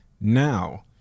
now